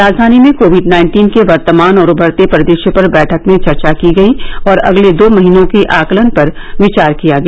राजधानी में COVID nineteen के वर्तमान और उभरते परिदृश्य पर बैठक में चर्चा की गई और अगले दो महीनों के आकलन पर विचार किया गया